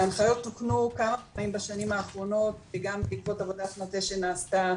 ההנחיות תוקנו כמה פעמים בשנים האחרונות וגם בעקבות עבודת מטה שנעשתה